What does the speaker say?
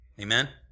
amen